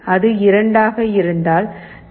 அது 2 ஆக இருந்தால் 0